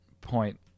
point